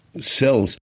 cells